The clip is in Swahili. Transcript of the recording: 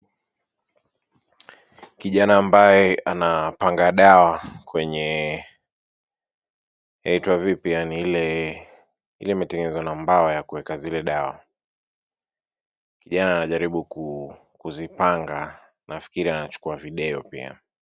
Kijana ambaye anapanga dawa kwenye yaitwa vipi yaani ile imetengenezwa na mbao ya kuweka zile dawa. Kijana anajaribu kuzipanga nafikiri anachukua video pia.